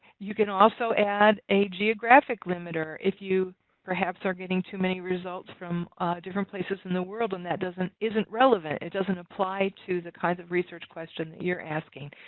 you can also add a geographic limiter, if you perhaps are getting too many results from different places in the world and that one isn't relevant. it doesn't apply to the kind of research question you're asking.